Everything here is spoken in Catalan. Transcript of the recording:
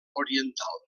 oriental